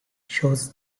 shows